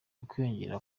ukwiyongera